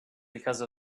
because